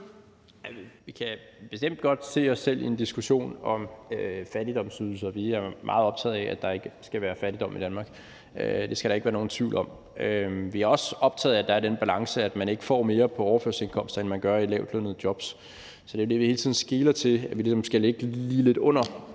Vi kan bestemt godt se os selv i en diskussion om fattigdomsydelser. Vi er meget optagede af, at der ikke skal være fattigdom i Danmark; det skal der ikke være nogen tvivl om. Vi er også optagede af, at der er den balance, at man ikke får mere på overførselsindkomster, end man gør i lavtlønnede jobs. Så det er jo det, vi hele tiden skeler til: at vi ligesom skal ligge lige lidt under,